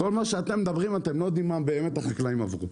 בכל מה שאתם מדברים אתם לא יודעים מה החקלאים באמת עברו.